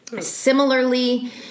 Similarly